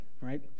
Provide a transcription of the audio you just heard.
right